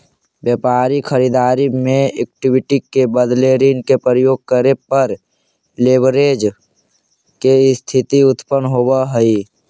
व्यापारिक खरीददारी में इक्विटी के बदले ऋण के प्रयोग करे पर लेवरेज के स्थिति उत्पन्न होवऽ हई